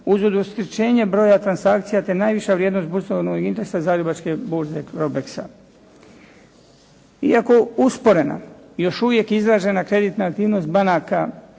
uz udvostručenje broja transakcija, te najviša vrijednost burzovnog indeksa Zagrebačke burze CROBEX-a. Iako usporena još uvijek izražena kreditna aktivnost banaka